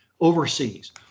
overseas